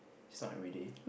it's not everyday